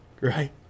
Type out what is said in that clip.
right